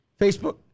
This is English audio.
Facebook